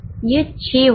यह 6 होगा